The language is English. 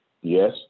Yes